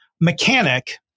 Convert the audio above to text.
Mechanic